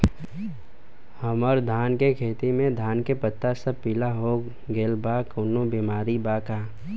हमर धान के खेती में धान के पता सब पीला हो गेल बा कवनों बिमारी बा का?